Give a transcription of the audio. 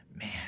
Man